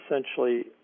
essentially